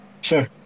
Sure